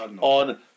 on